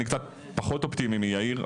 אני קצת פחות אופטימי מיאיר,